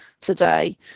today